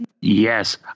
Yes